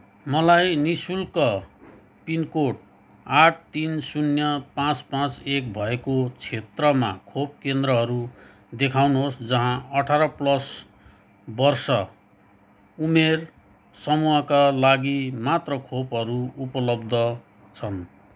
मलाई नि शुल्क पिनकोड आठ तिन शून्य पाँच पाँच एक भएको क्षेत्रमा खोप केन्द्रहरू देखाउनुहोस् जहाँ अठार प्लस वर्ष उमेर समूहका लागि मात्र खोपहरू उपलब्ध छन्